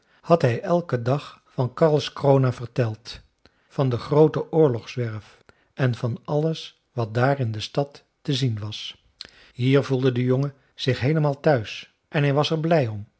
had hij elken dag van karlskrona verteld van de groote oorlogswerf en van alles wat daar in de stad te zien was hier voelde de jongen zich heelemaal thuis en hij was er blij om